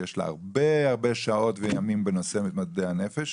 שיש לה הרבה שעות וימים בנושא מתמודדי הנפש.